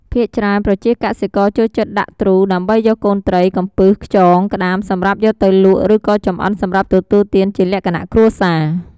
ភាគច្រើនប្រជាកសិករចូលចិត្តដាក់ទ្រូដើម្បីយកកូនត្រី កំពឹស ខ្យង ក្តាមសម្រាប់យកទៅលក់ឬក៏ចម្អិនសម្រាប់ទទួលទានជាលក្ខណៈគ្រួសារ។